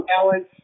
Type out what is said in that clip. balance